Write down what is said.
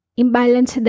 imbalance